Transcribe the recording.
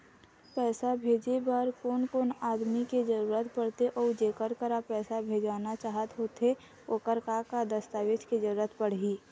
पैसा भेजे बार कोन कोन आदमी के जरूरत पड़ते अऊ जेकर करा पैसा भेजवाना चाहत होथे ओकर का का दस्तावेज के जरूरत पड़ही?